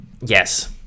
yes